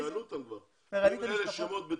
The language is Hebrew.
אם אלה שמות בטוחים,